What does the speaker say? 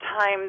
time